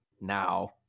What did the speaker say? now